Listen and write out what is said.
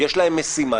יש להם משימה,